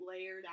layered